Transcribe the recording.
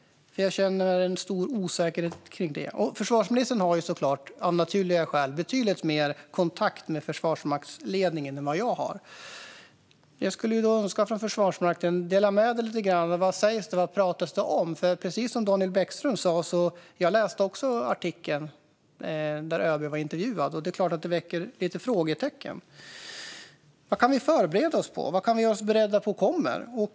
Jag känner en stor osäkerhet när det gäller det. Försvarsministern har av naturliga skäl betydligt mer kontakt med försvarsmaktsledningen än jag har. Då skulle jag önska att försvarsministern kunde dela med sig lite grann av vad som sägs och vad det pratas om. Jag läste också den artikel som Daniel Bäckström pratade om, där ÖB blev intervjuad. Det är klart att den väcker lite frågor. Vad ska vi förbereda oss på? Vad är det som kommer?